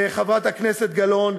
חברת הכנסת גלאון,